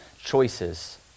choices